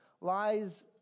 lies